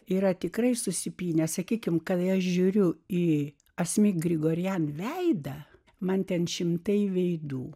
yra tikrai susipynę sakykime kalėjo žiūriu į asmik grigorian veidą man ten šimtai veidų